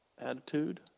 attitude